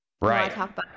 right